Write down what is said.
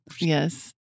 Yes